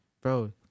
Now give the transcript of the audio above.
Bro